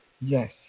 yes